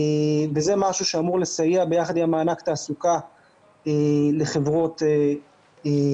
זה משהו שאמור לסייע ביחד עם מענק התעסוקה לחברות בינוניות,